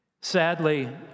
Sadly